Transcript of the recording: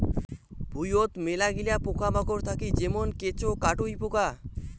ভুঁইয়ত মেলাগিলা পোকামাকড় থাকি যেমন কেঁচো, কাটুই পোকা